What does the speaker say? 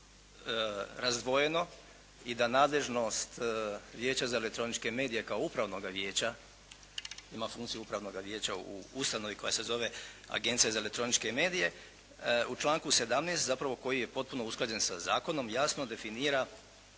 razdvojeno i da nadležnost Vijeća za elektroničke medije kao upravnoga vijeća ima funkciju upravnoga vijeća u ustanovi koja se zove Agencija za elektroničke medije. U članku 17. zapravo koji je potpuno usklađen sa zakonom jasno definira